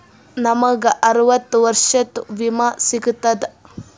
ನಮ್ ಗ ಅರವತ್ತ ವರ್ಷಾತು ವಿಮಾ ಸಿಗ್ತದಾ?